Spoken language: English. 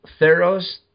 Theros